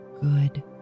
good